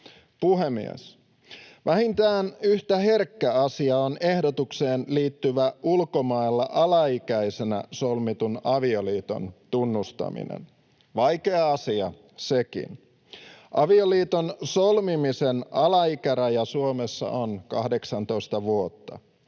Puhemies! Vähintään yhtä herkkä asia on ehdotukseen liittyvä ulkomailla alaikäisenä solmitun avioliiton tunnustaminen — vaikea asia sekin. Avioliiton solmimisen alaikäraja Suomessa on 18 vuotta.